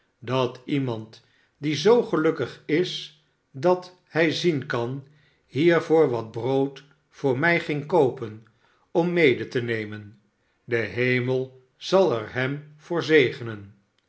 dat iemand die zoo gelukkig is dat hij zien kan hiervoor wat brood voor mij ging koopen om mede te nemen de hemel zal er hem voor zegenen